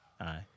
Aye